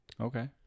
Okay